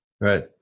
Right